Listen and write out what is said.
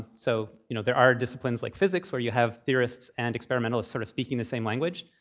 so you know, there are disciplines like physics where you have theorists and experimentalists sort of speaking the same language.